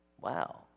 Wow